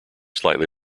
slightly